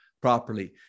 properly